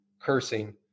cursing